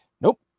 Nope